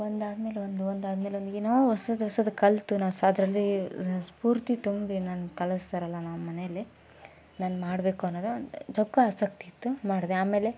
ಒಂದಾದ ಮೇಲೊಂದು ಒಂದಾದ ಮೇಲೊಂದು ಏನೋ ಹೊಸದ್ ಹೊಸದು ಕಲಿತು ನಾ ಸಾ ಅದರಲ್ಲಿ ಸ್ಪೂರ್ತಿ ತುಂಬಿ ನನ್ನ ಕಲಿಸ್ತಾರಲ್ಲ ನಮ್ಮ ಮನೆಲ್ಲಿ ನಾನು ಮಾಡಬೇಕು ಅನ್ನೋದು ಆಸಕ್ತಿ ಇತ್ತು ಮಾಡಿದೆ ಆಮೇಲೆ